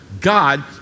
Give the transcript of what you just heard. God